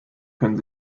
können